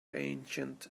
ancient